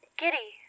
giddy